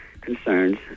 concerns